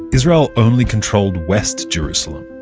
israel only controlled west jerusalem.